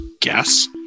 guess